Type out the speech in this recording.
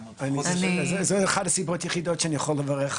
זאת אומרת --- זאת אחת הסיבות היחידות שאני יכול לברך,